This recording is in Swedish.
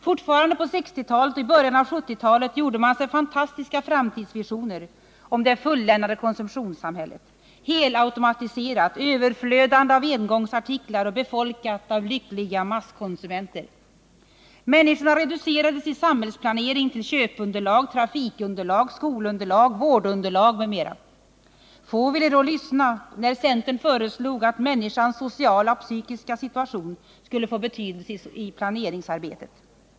Fortfarande på 1960-talet och i början av 1970-talet gjorde man sig fantastiska framtidsvisioner om det fulländade konsumtionssamhället, helautomatiserat och överflödande av engångsartiklar och befolkat av lyckliga masskonsumenter. Människorna reducerades i samhällsplaneringen till köpunderlag, trafikunderlag, skolunderlag, vårdunderlag m.m. Få ville då lyssna när centern föreslog att människans sociala och psykiska situation skulle få betydelse i planeringsarbetet.